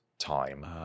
time